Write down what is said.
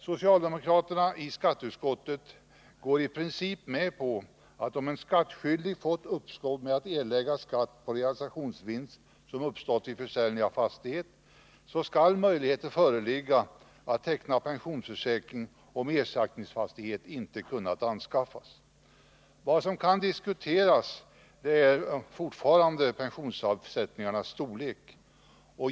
Socialdemokraterna i skatteutskottet går i princip med på att om en skattskyldig fått uppskov med att erlägga skatt på realisationsvinst som uppstått vid försäljning av fastighet, så skall möjlighet föreligga att teckna pensionsförsäkring om ersättningsfastighet inte kunnat anskaffas. Vad som kan diskuteras är fortfarande pensionsavsättningarnas storlek.